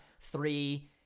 three